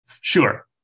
Sure